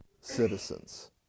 citizens